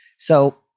so,